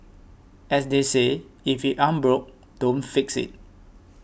as they say if it ain't broke don't fix it